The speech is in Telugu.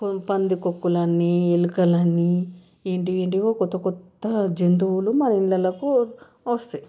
పందికొక్కులు అన్నీ ఎలుకలని ఏంటి ఏంటివో కొత్త కొత్త జంతువులు మన ఇళ్ళకు వస్తాయి